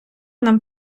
нам